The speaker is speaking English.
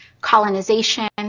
colonization